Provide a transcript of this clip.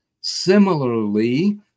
Similarly